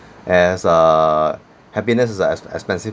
as err happiness is uh ex~ expensive